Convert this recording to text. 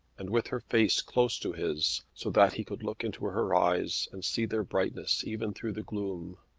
and with her face close to his, so that he could look into her eyes and see their brightness even through the gloom.